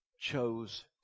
chose